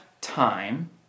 time